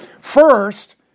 First